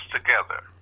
Together